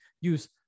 use